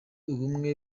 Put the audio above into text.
ubumwe